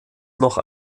noch